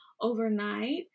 overnight